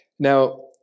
Now